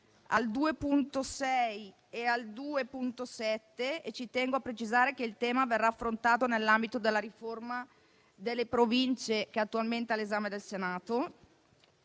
2.6 e 2.7, poiché tengo a precisare che il tema verrà affrontato nell'ambito della riforma delle Province che attualmente è all'esame del Senato.